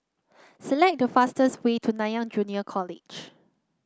select the fastest way to Nanyang Junior College